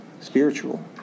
spiritual